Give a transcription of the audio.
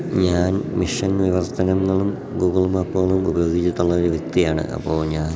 ഞാൻ മിഷൻ വിവർത്തനങ്ങളും ഗൂഗിൾ മാപ്പുകളും ഉപയോഗിച്ചിട്ടുള്ള ഒരു വ്യക്തിയാണ് അപ്പോൾ ഞാൻ